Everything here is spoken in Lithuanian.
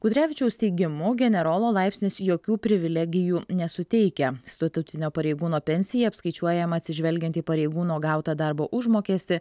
kutrevičiaus teigimu generolo laipsnis jokių privilegijų nesuteikia statutinio pareigūno pensija apskaičiuojama atsižvelgiant į pareigūno gautą darbo užmokestį